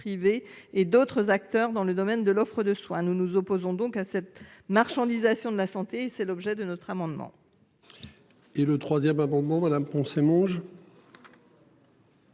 privés et d'autres acteurs dans le domaine de l'offre de soins. Nous nous opposons donc à cette marchandisation de la santé, c'est l'objet de notre amendement.